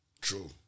True